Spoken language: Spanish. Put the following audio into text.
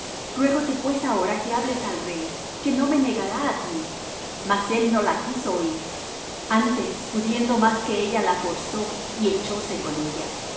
israel ruégote pues ahora que hables al rey que no me negará á ti mas él no la quiso oir antes pudiendo más que ella la forzó y echóse con ella